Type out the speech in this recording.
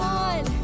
on